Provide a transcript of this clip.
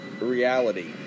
reality